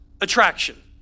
attraction